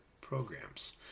programs